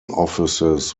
offices